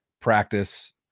practice